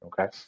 Okay